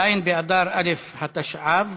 ז' באדר א' התשע"ו,